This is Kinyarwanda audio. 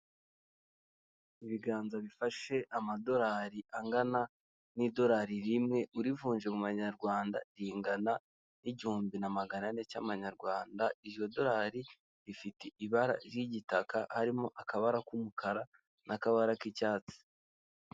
Ibiganza bifashe amadolari angana n'idorari rimwe urivunje mu manyarwanda ringana n'igihumbi na magana ane cy'amanyarwanda iryodorari rifite ibara ry'igitaka harimo akabara k'umukara n'akabara k'icyatsi.